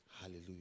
Hallelujah